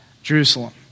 Jerusalem